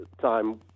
time